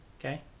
okay